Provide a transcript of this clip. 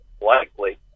likely